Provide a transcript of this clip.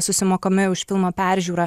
susimokami už filmo peržiūrą